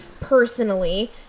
personally